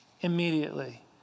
immediately